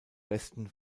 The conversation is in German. westen